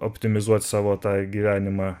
optimizuot savo tą gyvenimą